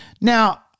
Now